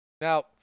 Now